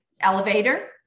elevator